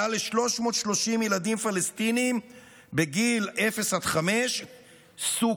מעל 330 ילדים פלסטינים מגיל אפס עד חמש "סוכלו"